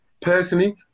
personally